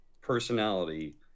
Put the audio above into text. personality